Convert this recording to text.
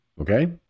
Okay